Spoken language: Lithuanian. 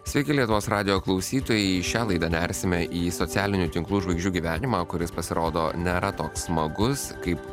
sveiki lietuvos radijo klausytojai į šią laidą nersime į socialinių tinklų žvaigždžių gyvenimą kuris pasirodo nėra toks smagus kaip